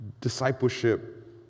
discipleship